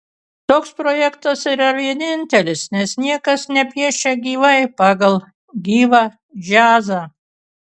toks projektas yra vienintelis nes niekas nepiešia gyvai pagal gyvą džiazą